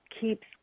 keeps